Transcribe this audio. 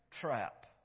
trap